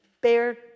bear